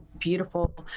beautiful